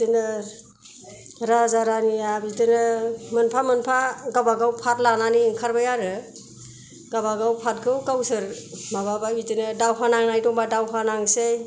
बिदिनो राजा रानिया बिदिनो मोनफा मोनफा गावबा गाव पार्ट लानानै ओंखारबाय आरो गाव बागाव पार्ट खौ गावसोर माबाबाय बिदिनो दावहा नांनाय दंबा दावहा नांनोसै